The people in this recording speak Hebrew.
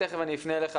תכף אני אפנה אליך,